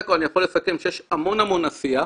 ואני מקווה שבשנה הבאה נחבר את שאר גופי הבריאות,